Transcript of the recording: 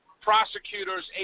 prosecutors